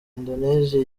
indonesia